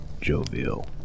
jovial